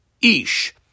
Ish